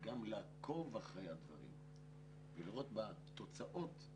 צריך גם לעקוב אחרי הדברים ולראות מה התוצאות.